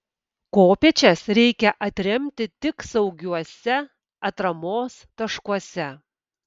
kopėčias reikia atremti tik saugiuose atramos taškuose